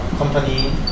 company